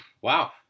wow